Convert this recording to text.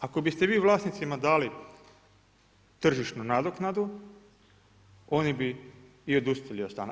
Ako biste vi vlasnicima dali tržišnu nadoknadu oni bi i odustali od stana.